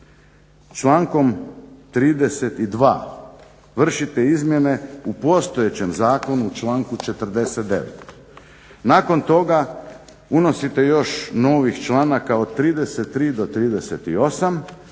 Člankom 32.vršite izmjene u postojećem zakonu u članku 49. Nakon toga unosite još novih članaka od 33. do 38.,